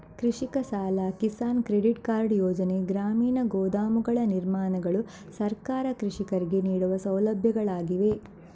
ಕೃಷಿಕ ಸಾಲ, Kisan credit card ಯೋಜನೆ, ಗ್ರಾಮೀಣ ಗೋದಾಮುಗಳ ನಿರ್ಮಾಣಗಳು ಸರ್ಕಾರ ಕೃಷಿಕರಿಗೆ ನೀಡುವ ಸೌಲಭ್ಯಗಳಾಗಿವೆ